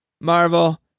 Marvel